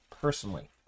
personally